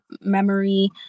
memory